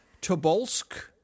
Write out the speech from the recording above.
Tobolsk